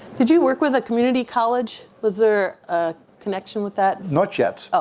did you work with a community college? was there a connection with that? not yet.